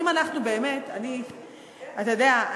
אם אנחנו באמת אתה יודע,